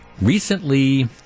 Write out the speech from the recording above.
recently